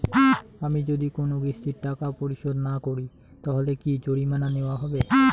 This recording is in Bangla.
আমি যদি কোন কিস্তির টাকা পরিশোধ না করি তাহলে কি জরিমানা নেওয়া হবে?